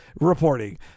reporting